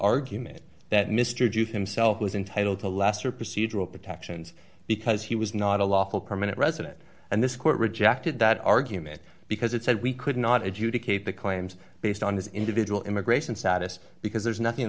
argument that mr himself was in total to last or procedural protections because he was not a lawful permanent resident and this court rejected that argument because it said we could not educate the claims based on his individual immigration status because there's